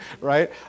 right